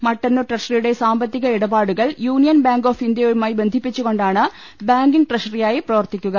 മട്ടന്നൂർ ട്രഷറിയുടെ സാമ്പത്തിക ഇടപാടുകൾ യൂണിയൻ ബാങ്ക് ഓഫ് ഇന്ത്യയുമായി ബന്ധിപ്പിച്ചു കൊണ്ടാണ് ബാങ്കിംഗ് ട്രഷറിയായി പ്രവർത്തിക്കുക